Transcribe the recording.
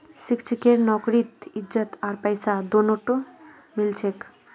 शिक्षकेर नौकरीत इज्जत आर पैसा दोनोटा मिल छेक